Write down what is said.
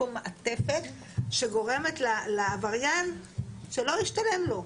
מעטפת שגורמת לעבריין שלא ישתלם לו.